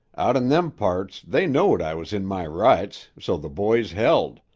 out in them parts they knowed i was in my rights so the boys held,